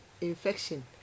infection